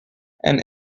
and